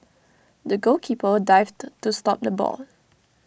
the goalkeeper dived to stop the ball